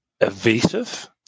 evasive